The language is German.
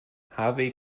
harvey